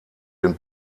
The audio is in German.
den